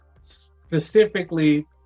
specifically